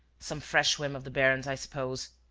some fresh whim of the baron's, i suppose.